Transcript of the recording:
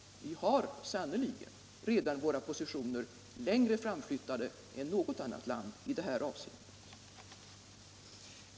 Vi har sannerligen redan våra positioner längre framflyttade än något annat land i det här avseendet.